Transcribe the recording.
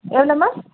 எவ்வளோ மேம்